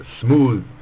smooth